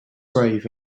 grave